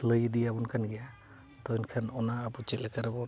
ᱞᱟᱹᱭ ᱤᱫᱭᱟᱵᱚᱱ ᱠᱟᱱ ᱜᱮᱭᱟ ᱛᱚ ᱮᱱᱠᱷᱟᱱ ᱚᱱᱟ ᱟᱵᱚ ᱪᱮᱫ ᱞᱮᱠᱟ ᱨᱮᱵᱚᱱ